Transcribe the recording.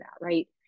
right